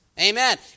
Amen